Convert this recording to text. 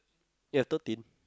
you have thirteen